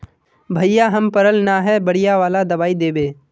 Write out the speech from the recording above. भैया हम पढ़ल न है बढ़िया वाला दबाइ देबे?